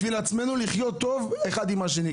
בשביל עצמנו לחיות טוב אחד עם השני.